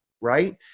right